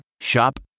Shop